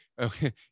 okay